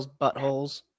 buttholes